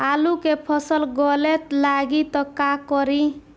आलू के फ़सल गले लागी त का करी?